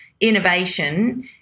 innovation